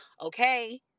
okay